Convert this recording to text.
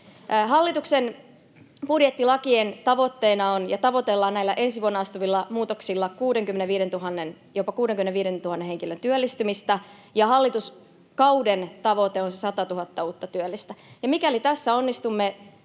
Hallituksen budjettilaeilla ja näillä ensi vuonna voimaan astuvilla muutoksilla tavoitellaan jopa 65 000 henkilön työllistymistä, ja hallituskauden tavoite on se 100 000 uutta työllistä. Mikäli tässä onnistumme,